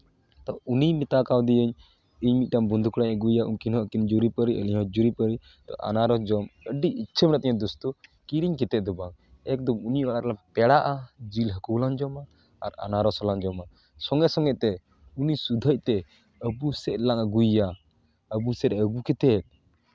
ᱛᱳ ᱩᱱᱤ ᱢᱮᱛᱟ ᱠᱟᱣᱫᱤᱭᱟᱹᱧ ᱤᱧ ᱢᱤᱫᱴᱟᱱ ᱵᱚᱱᱫᱷᱩ ᱠᱚᱲᱟᱧ ᱟᱹᱜᱩᱭᱭᱟ ᱩᱱᱠᱤᱱ ᱦᱚᱸ ᱟᱹᱠᱤᱱ ᱡᱩᱨᱤᱼᱯᱟᱹᱨᱤ ᱟᱹᱞᱤᱧ ᱦᱚᱸ ᱡᱩᱨᱤᱼᱯᱟᱹᱨᱤ ᱛᱳ ᱟᱱᱟᱨᱚᱥ ᱡᱚᱢ ᱟᱹᱰᱤ ᱤᱪᱪᱷᱟᱹ ᱢᱮᱱᱟᱜ ᱛᱤᱧᱟᱹ ᱫᱳᱥᱛᱳ ᱠᱤᱨᱤᱧ ᱠᱟᱛᱮᱫ ᱫᱚᱵᱟᱝ ᱮᱠᱫᱚᱢ ᱩᱱᱤ ᱚᱲᱟᱜ ᱨᱮᱞᱟᱝ ᱯᱮᱲᱟᱜᱼᱟ ᱡᱤᱞ ᱦᱟᱹᱠᱩ ᱦᱚᱞᱟᱝ ᱡᱚᱢᱼᱟ ᱟᱨ ᱟᱱᱟᱨᱚᱥ ᱦᱚᱸᱞᱟᱝ ᱡᱚᱢᱟ ᱥᱚᱸᱜᱮ ᱥᱚᱸᱜᱮ ᱛᱮ ᱩᱱᱤ ᱥᱩᱫᱷᱟᱹᱜ ᱛᱮ ᱟᱵᱚ ᱥᱮᱫ ᱞᱟᱝ ᱟᱹᱜᱩᱭᱮᱭᱟ ᱟᱵᱚ ᱥᱮᱫ ᱟᱹᱜᱩ ᱠᱟᱛᱮᱫ